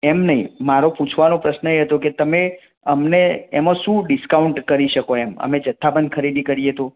એમ નહીં મારો પૂછવાનો પ્રશ્ન એ હતો કે અમને એમાં શું ડિસ્કાઉન્ટ કરી શકો એમ અને જથાબંધ ખરીદી કરીએ તો